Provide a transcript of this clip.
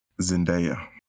Zendaya